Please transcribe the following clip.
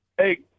Hey